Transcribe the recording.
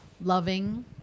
loving